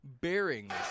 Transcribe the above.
bearings